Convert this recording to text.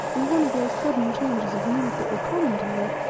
with one of those sudden changes of mood that were common to her,